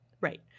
Right